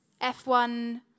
F1